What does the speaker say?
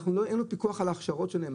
אין פיקוח על ההכשרות שלהם,